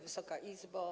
Wysoka Izbo!